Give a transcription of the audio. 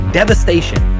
devastation